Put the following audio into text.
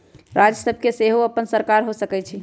राज्य सभ के सेहो अप्पन सरकार हो सकइ छइ